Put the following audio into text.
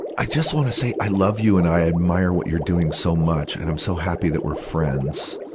i just wanna say i love you, and i admire what you're doing so much. and i'm so happy that we're friends.